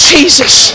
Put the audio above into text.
Jesus